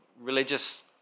religious